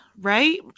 right